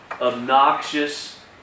obnoxious